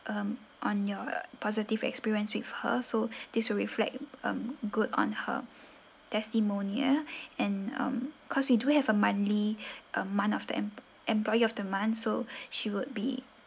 um on your positive experience with her so this will reflect um good on her testimonial and um cause we do have a monthly um month of the em~ employee of the month so she would be